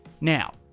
Now